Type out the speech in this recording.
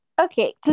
Okay